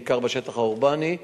בעיקר בשטח האורבני,